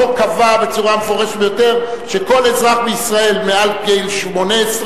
החוק קבע בצורה מפורשת ביותר שכל אזרח בישראל מעל גיל 21,